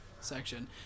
section